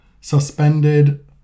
suspended